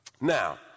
Now